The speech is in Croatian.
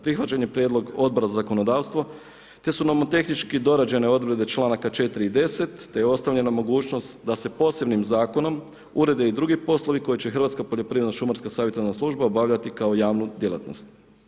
Prihvaćen je prijedlog Odbora za zakonodavstvo te su nomotehnički dorađene odredbe članaka 4. i 10. te je ostavljena mogućnost da se posebnim zakonom urede i drugi poslove koje će Hrvatska poljoprivredno-šumarska savjetodavna služba obavljati kao javnu djelatnost.